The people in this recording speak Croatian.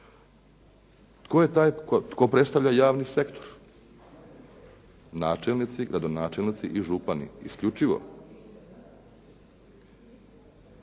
Tko je taj tko predstavlja javni sektor? Načelnici, gradonačelnici i župani isključivo.